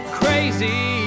crazy